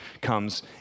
comes